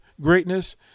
greatness